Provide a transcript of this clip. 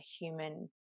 human